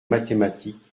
mathématique